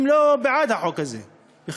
הם לא בעד החוק הזה בכלל.